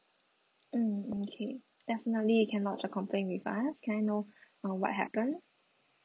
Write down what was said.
mm okay definitely you can lodge a complaint with us can I know uh what happened